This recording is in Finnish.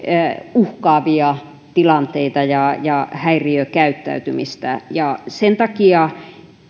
uhkaavia tilanteita ja ja häiriökäyttäytymistä sen takia